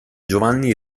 giovanni